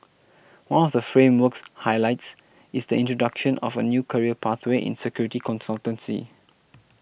one of the framework's highlights is the introduction of a new career pathway in security consultancy